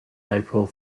april